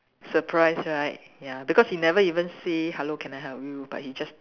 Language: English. surprise right ya because he never even say hello can I help you but he just